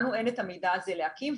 לנו אין את המידע הזה להקים,